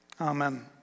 Amen